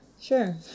sure